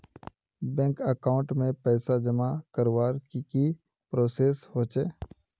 Bank account में पैसा जमा करवार की की प्रोसेस होचे?